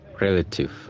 relative